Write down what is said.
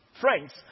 friends